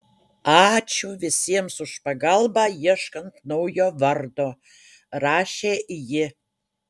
ačiū visiems už pagalbą ieškant naujo vardo rašė ji